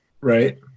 Right